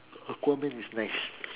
aquaman is nice